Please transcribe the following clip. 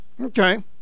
Okay